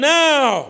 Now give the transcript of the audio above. now